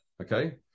Okay